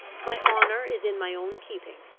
my honour is in my own keeping,